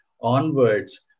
onwards